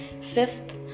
Fifth